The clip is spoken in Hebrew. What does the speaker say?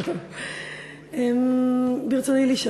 ב-4 ביולי 2013